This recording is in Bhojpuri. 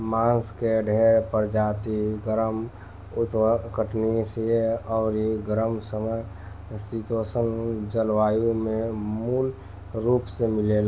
बांस के ढेरे प्रजाति गरम, उष्णकटिबंधीय अउरी गरम सम शीतोष्ण जलवायु में मूल रूप से मिलेला